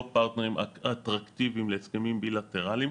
פרטנרים אטרקטיביים להסכמים בילטרליים,